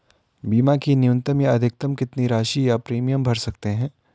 बीमा की न्यूनतम या अधिकतम कितनी राशि या प्रीमियम भर सकते हैं?